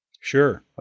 Sure